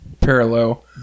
parallel